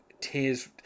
tears